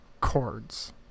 chords